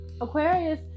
Aquarius